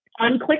Unclick